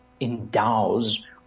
Endows